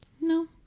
No